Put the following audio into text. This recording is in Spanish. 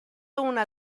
una